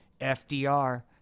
FDR